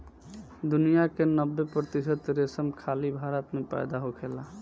दुनिया के नब्बे प्रतिशत रेशम खाली भारत में पैदा होखेला